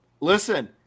Listen